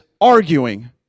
arguing